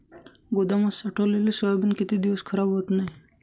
गोदामात साठवलेले सोयाबीन किती दिवस खराब होत नाही?